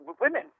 women